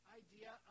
idea